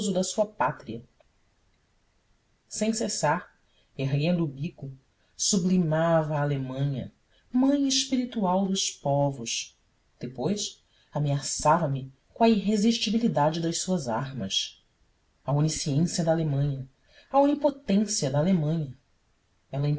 da sua pátria sem cessar erguendo o bico sublimava a alemanha mãe espiritual dos povos depois ameaçava me com a irresistibilidade das suas armas a onisciência da alemanha a onipotência da alemanha ela